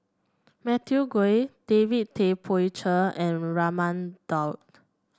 Matthew Ngui David Tay Poey Cher and Raman Daud